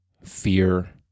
fear